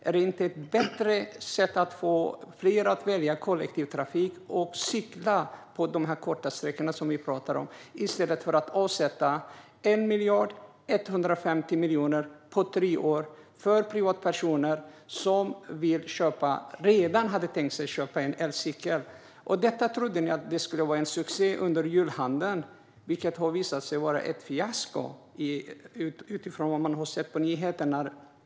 Är inte det ett bättre sätt att få fler att välja kollektivtrafik och cykla de här korta sträckorna som vi pratar om i stället för att avsätta 1 050 miljoner på tre år för privatpersoner som redan hade tänkt köpa sig en elcykel? Detta trodde ni skulle vara en succé under julhandeln, men det visade sig vara ett fiasko, utifrån vad man har sett på nyheterna.